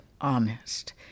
honest